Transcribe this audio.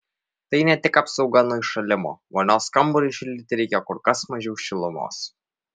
tai ne tik apsauga nuo įšalimo vonios kambariui šildyti reikia kur kas mažiau šilumos